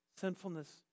sinfulness